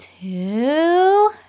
two